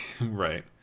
Right